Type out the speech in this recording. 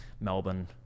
melbourne